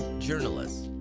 journalists,